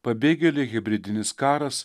pabėgėliai hibridinis karas